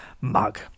Mug